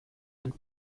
and